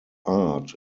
art